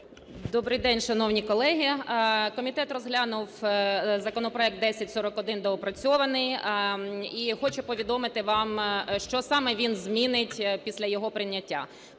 Добрий день, шановні колеги! Комітет розглянув законопроект 1041 – доопрацьований і хочу повідомити вам що саме він змінить після його прийняття.